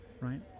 Right